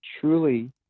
truly